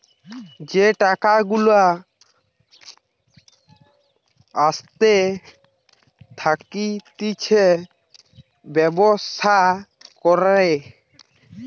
যেই টাকা গুলা আসতে থাকতিছে ব্যবসা করে